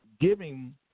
giving